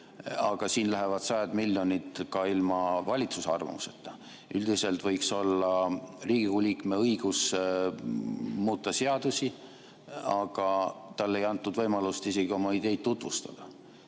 aga siin lähevad sajad miljonid ka ilma valitsuse arvamuseta. Üldiselt võiks olla Riigikogu liikme õigus muuta seadusi, aga talle ei antud isegi võimalust oma ideid tutvustada.